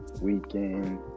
weekend